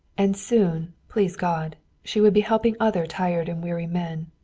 and soon, please god, she would be helping other tired and weary men,